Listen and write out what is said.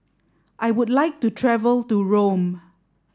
I would like to travel to Rome